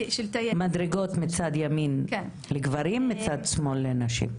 מדרגות מצד ימין לגברים, מצד שמאל לנשים.